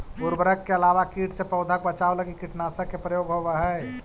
उर्वरक के अलावा कीट से पौधा के बचाव लगी कीटनाशक के प्रयोग होवऽ हई